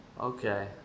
Okay